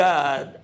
God